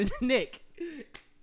Nick